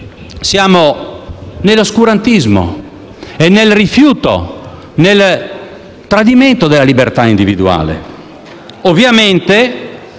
siamo nell'oscurantismo e nel rifiuto, nel tradimento della libertà individuale.